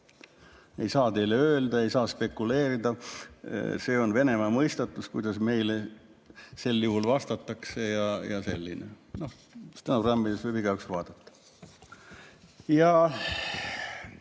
ei saa teile öelda, ei saa spekuleerida, see on Venemaa mõistatus, kuidas meile sel juhul vastatakse. Stenogrammidest võib igaüks vaadata.